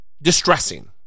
Distressing